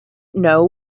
know